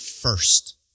first